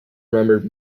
remembered